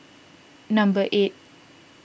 number eight